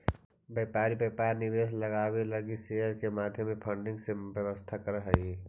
व्यापारी व्यापार में निवेश लावे लगी शेयर के माध्यम से फंडिंग के व्यवस्था करऽ हई